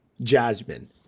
Jasmine